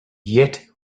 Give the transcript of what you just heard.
yet